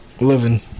living